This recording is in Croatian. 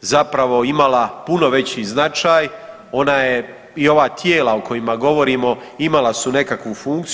zapravo imala puno veći značaj, ona je i ova tijela o kojima govorimo imala su nekakvu funkciju.